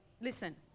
Listen